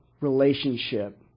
relationship